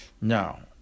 Now